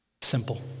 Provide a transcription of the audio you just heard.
Simple